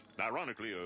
Ironically